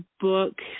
book